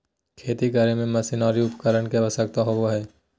खेती करे में मशीनरी उपकरण के आवश्यकता होबो हइ